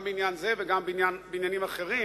גם בעניין זה וגם בעניינים אחרים.